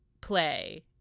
play